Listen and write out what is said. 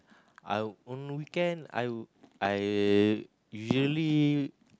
I'll~ on the weekend I would I usually